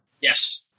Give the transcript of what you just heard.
Yes